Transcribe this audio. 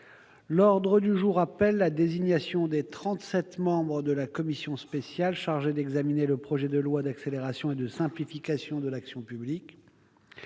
L'ordre du jour appelle la désignation des trente-sept membres de la commission spéciale chargée d'examiner le projet de loi d'accélération et de simplification de l'action publique.